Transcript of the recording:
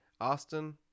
Austin